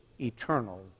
eternal